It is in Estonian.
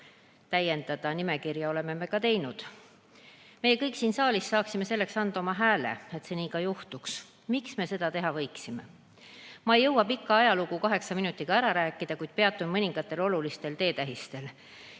täiendada oleme me ka teinud. Meie kõik siin saalis saaksime anda oma hääle, et see nii ka juhtuks. Miks me seda teha võiksime? Ma ei jõua pikka ajalugu kaheksa minutiga ära rääkida, kuid peatun mõningatel olulistel teetähistel,